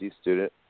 student